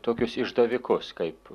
tokius išdavikus kaip